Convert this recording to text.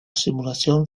simulación